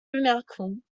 bemerkung